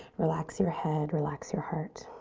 relax your head. relax your heart.